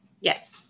Yes